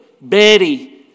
Betty